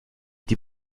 die